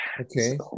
Okay